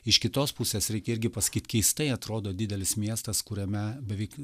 iš kitos pusės reikia irgi pasakyt keistai atrodo didelis miestas kuriame beveik